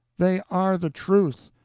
they are the truth,